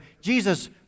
Jesus